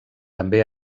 també